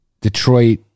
Detroit